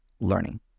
learning